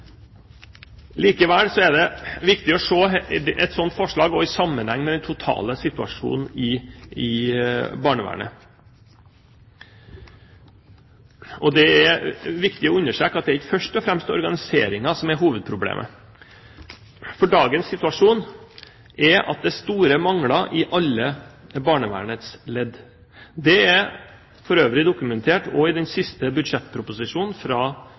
Likevel er det viktig å se et slikt forslag i sammenheng med den totale situasjonen i barnevernet. Og det er viktig å understreke at det er ikke først og fremst organiseringen som er hovedproblemet, for dagens situasjon er at det er store mangler i alle barnevernets ledd. Det er for øvrig dokumentert også i den siste budsjettproposisjonen fra